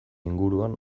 inguruan